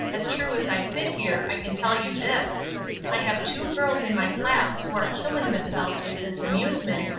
as true as i sit here i can tell you this i have two girls in my class who are killing themselves with this amusement,